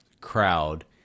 crowd